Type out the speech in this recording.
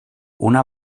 una